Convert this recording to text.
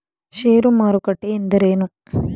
ಷೇರು ಮಾರುಕಟ್ಟೆ ಎಂದರೇನು?